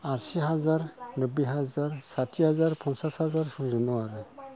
आसि हाजार नब्बै हाजार साथि हाजार फन्सास हाजार सोलिना दङ आरो